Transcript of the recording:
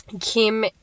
Kim